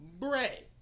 bread